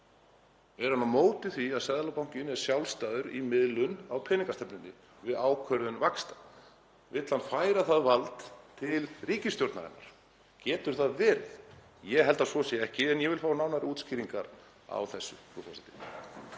Er hann á móti því að Seðlabankinn sé sjálfstæður í miðlun á peningastefnunni við ákvörðun vaxta? Vill hann færa það vald til ríkisstjórnarinnar? Getur það verið? Ég held að svo sé ekki en ég vil fá nánari útskýringar á þessu, frú forseti.